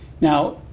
Now